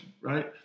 right